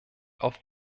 auf